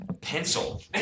pencil